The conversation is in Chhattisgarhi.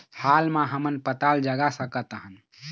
हाल मा हमन पताल जगा सकतहन?